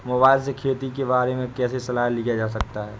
Mobile से खेती के बारे कैसे सलाह लिया जा सकता है?